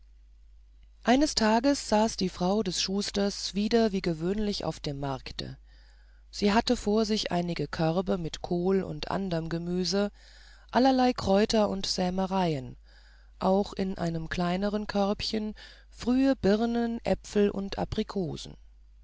eines tages saß die frau des schusters wieder wie gewöhnlich auf dem markte sie hatte vor sich einige körbe mit kohl und anderem gemüse allerlei kräuter und sämereien auch in einem kleineren körbchen frühe birnen äpfel und